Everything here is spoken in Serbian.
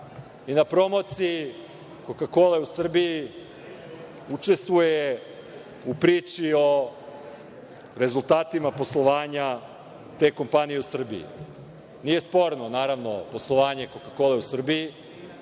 i na promociji koka kole u Srbiji učestvuje u priči o rezultatima poslovanja te kompanije u Srbiji. Nije sporno poslovanje koka kole u Srbiji,